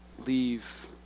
leave